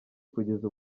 kugeza